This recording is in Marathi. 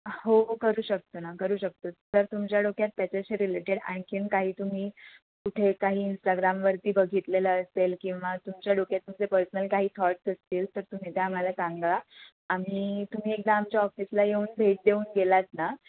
हो करू शकतो ना करू शकतो तर तुमच्या डोक्यात त्याच्याशी रिलेटेड आणखी काही तुम्ही कुठे काही इंस्टाग्रामवरती बघितलेलं असेल किंवा तुमच्या डोक्यात तुमचे पर्सनल काही थॉट्स असतील तर तुम्ही जे आम्हाला सांगा आम्ही तुम्ही एकदा आमच्या ऑफिसला येऊन भेट देऊन गेलात ना